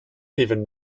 even